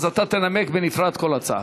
אז אתה תנמק בנפרד כל הצעה.